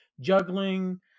juggling